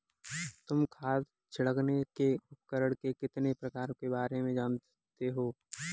तुम खाद छिड़कने के उपकरण के कितने प्रकारों के बारे में जानते हो?